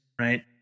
right